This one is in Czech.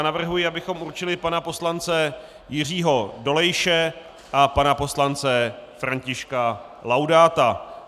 Navrhuji, abychom určili pana poslance Jiřího Dolejše a pana poslance Františka Laudáta.